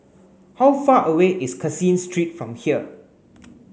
how far away is Caseen Street from here